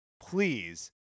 please